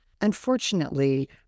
Unfortunately